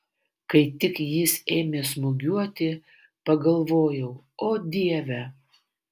kai tik jis ėmė smūgiuoti pagalvojau o dieve